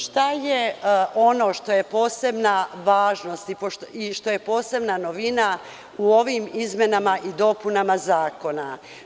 Šta je ono što je posebna važnost i što je posebna novina u ovim izmenama i dopunama zakona?